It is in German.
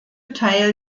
teil